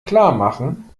klarmachen